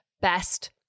best